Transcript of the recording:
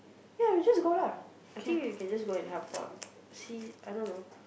ya we just go lah I think you can just go and help out see I don't know